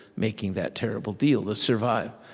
making that terrible deal to survive.